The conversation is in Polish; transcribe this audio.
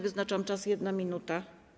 Wyznaczam czas: 1 minuta.